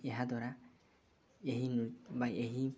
ଏହାଦ୍ୱାରା ଏହି ନୃତ୍ୟ ବା ଏହି